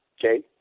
okay